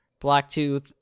Blacktooth